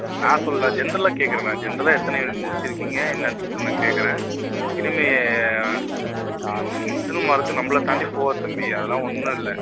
நான் சொல்லலை ஜென்ரலாக கேக்கிறேன் நான் ஜென்ரலாக எத்தனை யூனிட் முடித்து இருக்கீங்க என்னென்னு சொல்லிட்டு நான் கேக்கிறேன் இனிமேல் இன்டெர்னல் மார்க்கு நம்மள தாண்டி போகாது தம்பி அதல்லாம் ஒன்றும் இல்லை